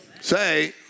Say